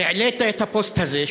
העלית את הפוסט הזה,